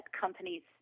companies